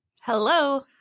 Hello